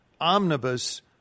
omnibus